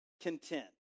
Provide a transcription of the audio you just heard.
content